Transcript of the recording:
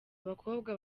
abakobwa